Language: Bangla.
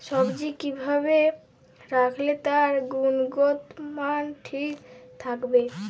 সবজি কি ভাবে রাখলে তার গুনগতমান ঠিক থাকবে?